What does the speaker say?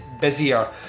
busier